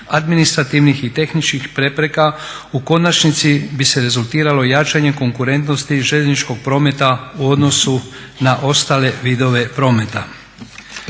administrativnih i tehničkih prepreka u konačnici bi se rezultiralo i jačanjem konkurentnosti željezničkog prometa u odnosu na ostale vidove prometa.